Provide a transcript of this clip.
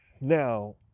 Now